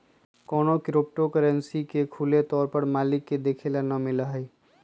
कौनो crypto currency के खुले तौर पर मालिक के देखे ला ना मिला हई